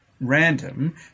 random